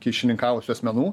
kyšininkavusių asmenų